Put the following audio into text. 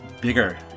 bigger